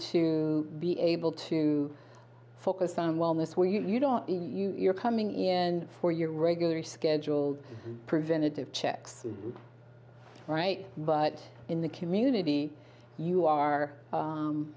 to be able to focus on wellness where you don't you're coming in for your regular scheduled preventative checks right but in the community you are